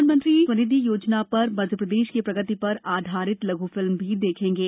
प्रधानमंत्री मोदी स्वनिधि योजना पर मध्यप्रदेश की प्रगति पर आधारित लघु फिल्म भी देखेंगे